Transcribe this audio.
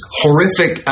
horrific